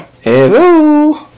Hello